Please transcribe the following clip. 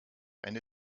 eine